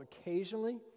occasionally